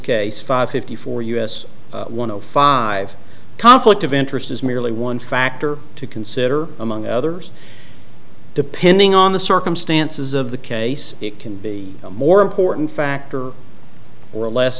case five fifty four u s one o five conflict of interest is merely one factor to consider among others depending on the circumstances of the case it can be a more important factor or a less